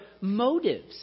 motives